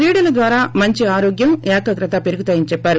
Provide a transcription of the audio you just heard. క్రీడల ద్వారా మంచి ఆరోగ్యం ఏకాగ్రతలు పెరుగుతాయని చెప్పారు